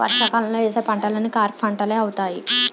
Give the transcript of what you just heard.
వర్షాకాలంలో యేసే పంటలన్నీ ఖరీఫ్పంటలే అవుతాయి